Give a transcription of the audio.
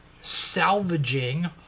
salvaging